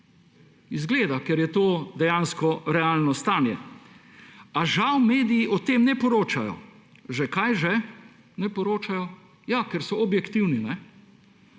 Izgleda, ker je to dejansko realno stanje. A žal mediji o tem ne poročajo. Zakaj že ne poročajo? Ja ker so »objektivni«.